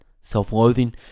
self-loathing